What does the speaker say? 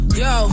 yo